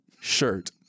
shirt